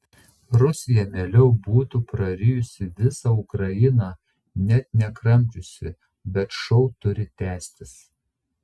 rusija mieliau būtų prarijusi visą ukrainą net nekramčiusi bet šou turi tęstis